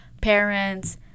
parents